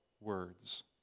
words